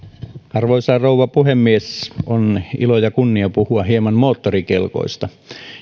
arvoisa rouva puhemies on ilo ja kunnia puhua hieman moottorikelkoista